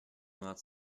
not